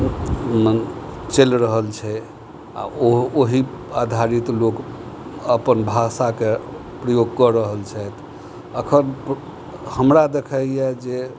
चलि रहल छै आ ओहि आधारित लोक अपन भाषाके प्रयोग कऽ रहल छथि अखन हमरा देखाइया जे